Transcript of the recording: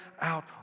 out